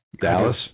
Dallas